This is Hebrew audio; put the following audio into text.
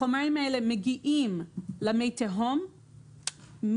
החומרים האלה מגיעים למי התהום,